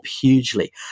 hugely